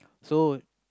so